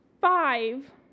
five